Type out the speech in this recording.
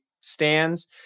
stands